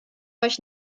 euch